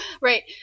right